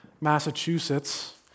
Massachusetts